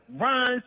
runs